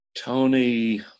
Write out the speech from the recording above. Tony